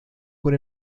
con